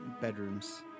bedrooms